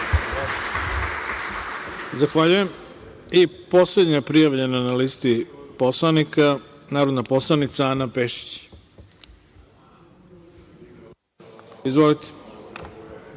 Zahvaljujem. Reč ima poslednja prijavljena na listi poslanika, narodna poslanica Ana Pešić. Izvolite.